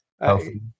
healthy